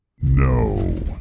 No